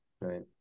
Right